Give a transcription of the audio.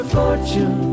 fortune